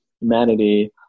humanity